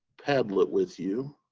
padlet with you.